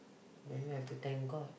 then we have to thank god